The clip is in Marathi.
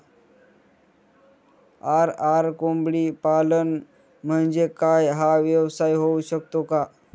आर.आर कोंबडीपालन म्हणजे काय? हा व्यवसाय होऊ शकतो का?